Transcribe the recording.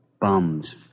Bums